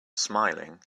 smiling